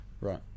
Right